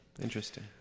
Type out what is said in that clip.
Interesting